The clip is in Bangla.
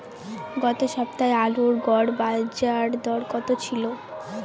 গত সপ্তাহে আলুর গড় বাজারদর কত ছিল?